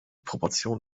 proportionen